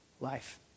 life